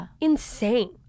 insane